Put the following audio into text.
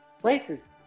places